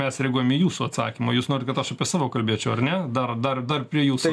mes reaguojam į jūsų atsakymą jūs norit kad aš savo kalbėčiau ar ne dar dar dar prie jūsų